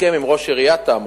סיכם עם ראש עיריית תמרה,